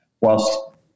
whilst